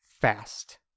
fast